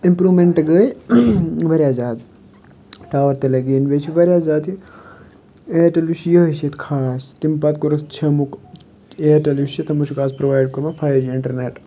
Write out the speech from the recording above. اِمپرومٮ۪نٛٹہٕ گٔے واریاہ زیادٕ ٹاوَر تہِ لٔگۍ یِنۍ بیٚیہِ چھِ واریاہ زیادٕ اِیَرٹیٚل یُس چھُ یِہَے چھِ ییٚتہِ خاص تیٚمہِ پَتہٕ کوٚرُکھ چھیٚمُک اِیَرٹیٚل یُس چھُ تِمَن چھُکھ اَز پرٛووایڈ کوٚرمُت فایِو جی اِنٹَرنیٚٹ